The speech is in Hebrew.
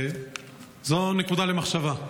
זאת נקודה למחשבה.